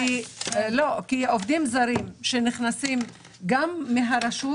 עובדים זרים שנכנסים מהרשות,